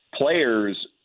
Players